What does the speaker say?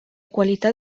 qualitat